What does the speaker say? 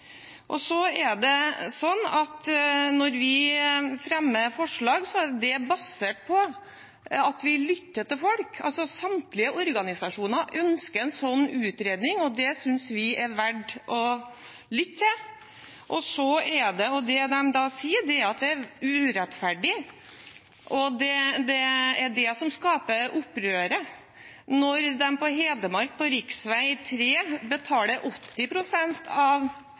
kunnskap. Så vil jeg minne om at når det gjelder byvekstavtalene, bypakkene, har Arbeiderpartiet fremmet forslag om 70 pst., ikke 50 pst., og det vil gi ca. 9,6 mrd. kr mer til byene. Når vi fremmer forslag, er det basert på at vi lytter til folk. Samtlige organisasjoner ønsker en slik utredning, og det synes vi er verdt å lytte til. Det de sier, er at det er urettferdig, og at det er det som skaper opprøret. Når